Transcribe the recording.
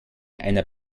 einer